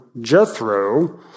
Jethro